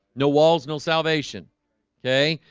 no walls, no salvation okay.